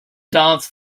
dance